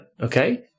okay